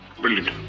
brilliant